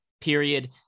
Period